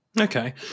okay